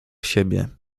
siebie